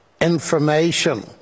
information